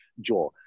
jaw